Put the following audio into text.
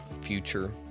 future